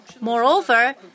Moreover